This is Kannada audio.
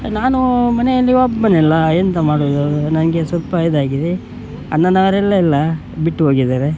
ನಾನು ಮನೆಯಲ್ಲಿ ಒಬ್ಬನೇ ಅಲ್ಲ ಎಂತ ಮಾಡುವುದು ನನಗೆ ಸ್ವಲ್ಪ ಇದಾಗಿದೆ ಅನ್ನನವರೆಲ್ಲ ಇಲ್ಲ ಬಿಟ್ಟು ಹೋಗಿದ್ದಾರೆ